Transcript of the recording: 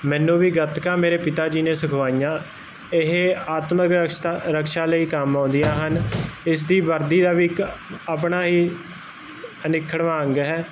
ਮੈਨੂੰ ਵੀ ਗਤਕਾ ਮੇਰੇ ਪਿਤਾ ਜੀ ਨੇ ਸਿਖਵਾਈਆਂ ਇਹ ਆਤਮਕ ਰਸ਼ਤਾ ਰਕਸ਼ਾ ਲਈ ਕੰਮ ਆਉਂਦੀਆਂ ਹਨ ਇਸ ਦੀ ਵਰਦੀ ਦਾ ਵੀ ਇੱਕ ਆਪਣਾ ਹੀ ਅਨਿਖੜਵਾਂ ਅੰਗ ਹੈ